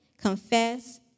confess